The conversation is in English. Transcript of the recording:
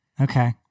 Okay